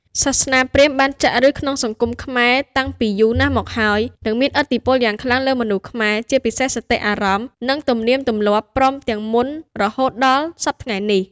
សាសនាព្រាហ្មណ៍បានចាក់ឫសក្នុងសង្គមខ្មែរតាំងពីយូរណាស់មកហើយ និង មានឥទ្ធិពលយ៉ាងខ្លាំងលើមនុស្សខ្មែរ ជាពិសេសសតិអារម្មណ៍ និងទំនៀមទម្លាប់ ព្រមទាំងមន្តរហូតដល់សព្វថ្ងៃនេះ។